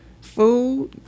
Food